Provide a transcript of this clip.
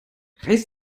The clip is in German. reiß